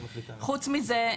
חוץ מזה,